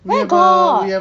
where got